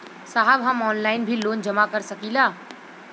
साहब हम ऑनलाइन भी लोन जमा कर सकीला?